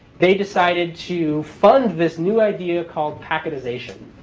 they decided to fund this new idea called packetization.